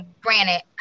granted